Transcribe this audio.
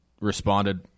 responded